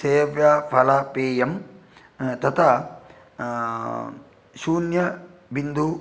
सेव्यफलपेयं तथा शून्यबिन्दुः